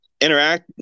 interact